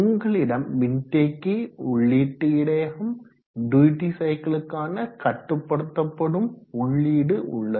உங்களிடம் மின் தேக்கி உள்ளீட்டு இடையகம் டியூட்டி சைக்கிளுக்கான கட்டுப்படுத்தப்படும் உள்ளீடு உள்ளது